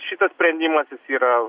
šitas sprendimas jis yra